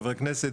חברי הכנסת,